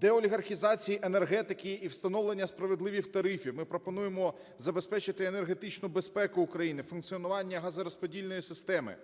деолігархізації енергетики і встановлення справедливих тарифів, ми пропонуємо забезпечити енергетичну безпеку України, функціонування газорозподільної системи;